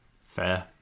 Fair